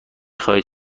خواهید